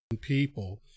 people